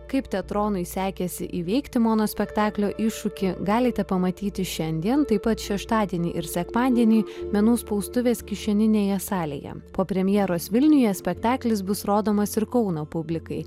kaip teatronui sekėsi įveikti monospektaklio iššūkį galite pamatyti šiandien taip pat šeštadienį ir sekmadienį menų spaustuvės kišeninėje salėje po premjeros vilniuje spektaklis bus rodomas ir kauno publikai